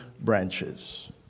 branches